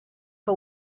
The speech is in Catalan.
que